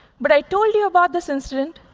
but i told you about this incident,